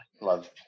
love